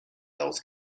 old